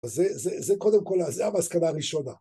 זה קודם כל, זה המסקנה הראשונה.